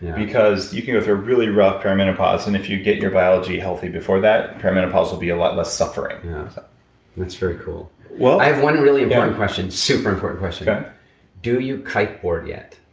because you can go through a really rough perimenopause, and if you get your biology healthy before that, perimenopause will be a lot less suffering that's very cool well i have one really important question, super important question okay do you kite board yet?